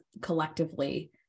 collectively